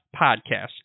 podcast